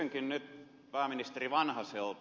kysynkin nyt pääministeri vanhaselta